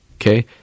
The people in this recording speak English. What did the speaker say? Okay